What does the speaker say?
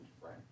right